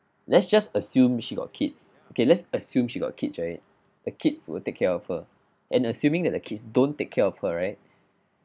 let's just assume she got kids okay let's assume you got kids right the kids will take care of her and assuming that the kids don't take care of her right